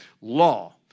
law